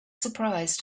surprised